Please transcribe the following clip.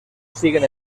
siguen